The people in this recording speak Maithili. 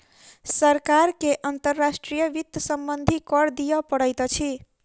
सरकार के अंतर्राष्ट्रीय वित्त सम्बन्धी कर दिअ पड़ैत अछि